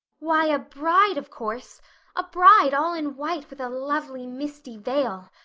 why, a bride, of course a bride all in white with a lovely misty veil.